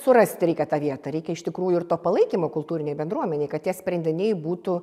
surasti reikia tą vietą reikia iš tikrųjų ir to palaikymo kultūrinei bendruomenei kad tie sprendiniai būtų